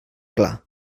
clar